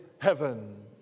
heaven